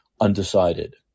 undecided